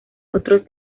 otros